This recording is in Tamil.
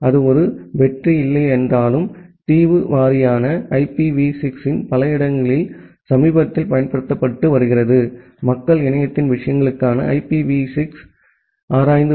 அது ஒரு வெற்றி இல்லை என்றாலும் தீவு வாரியான ஐபிவி 6 இன் பல இடங்களில் சமீபத்தில் பயன்படுத்தப்பட்டு வருகிறது மக்கள் இணையத்தின் விஷயங்களுக்காக ஐபிவி 6 ஐ ஆராய்ந்து வருகின்றனர் குறிப்பு நேரம் 3128 தொடர்பு